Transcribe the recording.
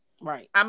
Right